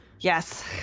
yes